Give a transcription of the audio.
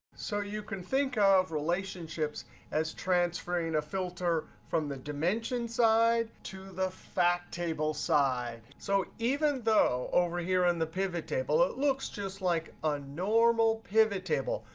so you can think of relationships as transferring a filter from the dimension side to the fact table side. so even though over here on the pivot table it looks just like a normal pivot table,